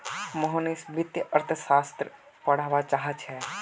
मोहनीश वित्तीय अर्थशास्त्र पढ़वा चाह छ